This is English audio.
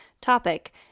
topic